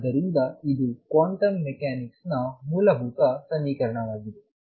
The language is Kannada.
ಆದ್ದರಿಂದ ಇದು ಕ್ವಾಂಟಮ್ ಮೆಕ್ಯಾನಿಕ್ಸ್ನ ಮೂಲಭೂತ ಸಮೀಕರಣವಾಗಿದೆ